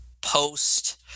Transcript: post